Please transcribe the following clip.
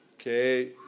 Okay